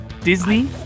disney